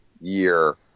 year